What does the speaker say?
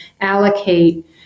allocate